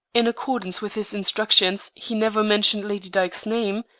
in accordance with his instructions, he never mentioned lady dyke's name,